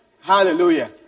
Hallelujah